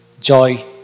joy